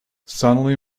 suddenly